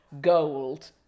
gold